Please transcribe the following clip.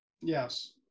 Yes